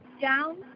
down